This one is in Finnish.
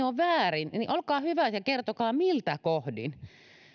ovat väärin niin olkaa hyvä ja kertokaa miltä kohdin